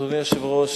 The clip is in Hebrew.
אדוני היושב-ראש,